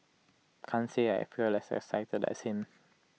can't say I feel as excited as him